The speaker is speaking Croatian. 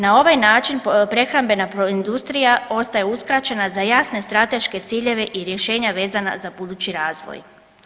Na ovaj način prehrambena industrija ostaje uskraćena za jasne strateške ciljeve i rješenja vezana za budući razvoj.